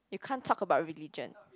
you can't talk about religion